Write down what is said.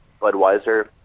Budweiser